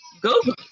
Google